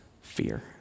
fear